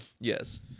Yes